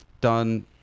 done